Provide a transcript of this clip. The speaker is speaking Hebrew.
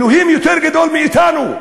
אלוהים יותר גדול מאתנו,